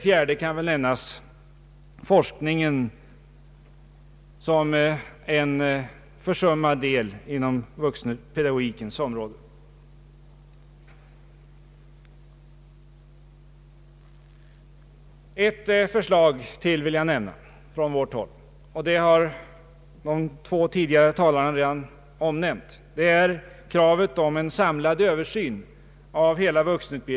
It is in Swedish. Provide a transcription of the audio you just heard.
Jag kan också nämna forskningen som en försummad del inom vuxenpedagogikens område. Ytterligare ett förslag från vårt håll gäller en samlad översyn av hela vuxenutbildningen, och det har ett par tidigare talare redan omnämnt.